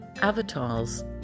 avatars